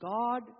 God